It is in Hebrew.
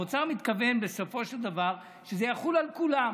האוצר מתכוון, בסופו של דבר, שזה יחול על כולם,